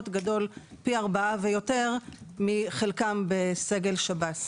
גדול פי ארבעה ויותר מחלקם בסגל שב"ס.